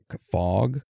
fog